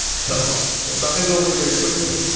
so it's not gonna go away very quickly.